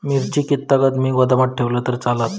मिरची कीततागत मी गोदामात ठेवलंय तर चालात?